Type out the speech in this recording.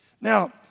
Now